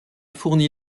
fourni